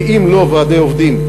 שאם לא ועדי עובדים,